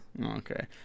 Okay